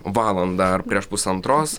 valandą ar prieš pusantros